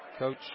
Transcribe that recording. Coach